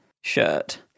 shirt